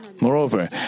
moreover